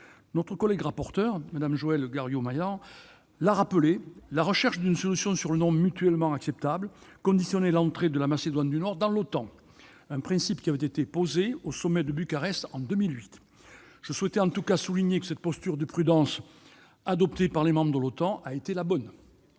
Notre collègue rapporteur, Mme Joëlle Garriaud-Maylam, l'a rappelé, la recherche d'une solution sur un nom mutuellement acceptable conditionnait l'entrée de la Macédoine du Nord dans l'OTAN, selon le principe affirmé au sommet de Bucarest, en 2008. Je souhaitais souligner que cette posture de prudence, adoptée par les membres de l'organisation, a été la bonne.